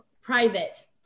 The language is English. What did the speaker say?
private